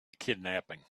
kidnapping